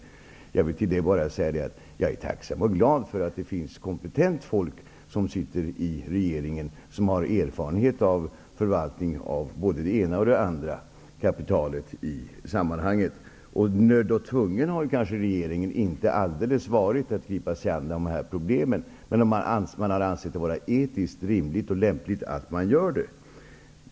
Till detta vill jag bara säga: Jag är tacksam och glad för att det finns kompetent folk i regeringen, som har erfarenhet av förvaltning av kapital. Regeringen har kanske inte varit alldeles nödd och tvungen att gripa sig an dessa problem. Men man har ansett det vara etiskt rimligt och lämpligt att göra det.